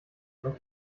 man